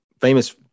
Famous